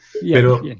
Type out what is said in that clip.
Pero